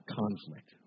conflict